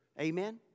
Amen